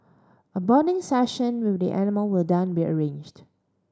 a bonding session with the animal will down be arranged